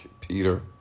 Peter